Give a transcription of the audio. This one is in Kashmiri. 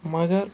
مگر